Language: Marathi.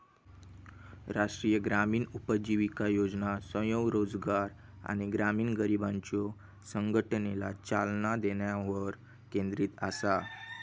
राष्ट्रीय ग्रामीण उपजीविका योजना स्वयंरोजगार आणि ग्रामीण गरिबांच्यो संघटनेला चालना देण्यावर केंद्रित असा